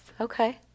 Okay